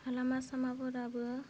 लामा सामाफोराबो